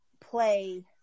play